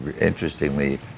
interestingly